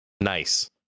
nice